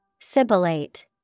Sibilate